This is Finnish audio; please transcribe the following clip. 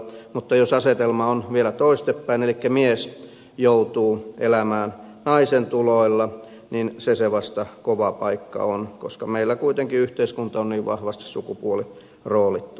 mutta jos asetelma on vielä toistepäin elikkä mies joutuu elämään naisen tuloilla niin se se vasta kova paikka on koska meillä kuitenkin yhteiskunta on niin vahvasti sukupuoliroolittunut